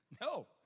No